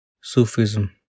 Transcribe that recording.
Sufism